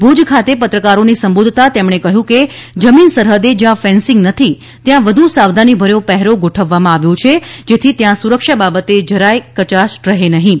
ભુજ ખાતે પત્રકારો ને સંબોધતા તેમને ઉમેર્યું હતું કે જમીન સરહદે જ્યાં ફેન્સિગ નથી ત્યાં વધુ સાવધાનીભર્યો પહેરો ગોઠવવામાં આવ્યો છે જેથી ત્યાં સુરક્ષા બાબતે જરાય કચાશ રહે નહીં